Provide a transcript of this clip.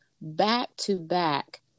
back-to-back